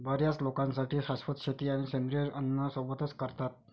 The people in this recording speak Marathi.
बर्याच लोकांसाठी शाश्वत शेती आणि सेंद्रिय अन्न सोबतच करतात